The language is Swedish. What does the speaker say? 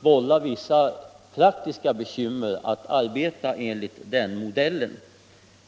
vålla vissa praktiska bekymmer att arbeta enligt den modellen.